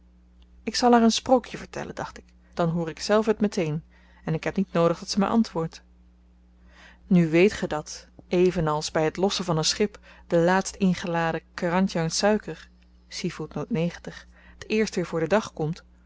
ik zal haar een sprookje vertellen dacht ik dan hoor ikzelf het met-een en ik heb niet noodig dat ze my antwoordt nu weet ge dat even als by het lossen van een schip de laatst ingeladen krandjang suiker t eerst weer voor den dag komt